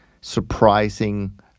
surprising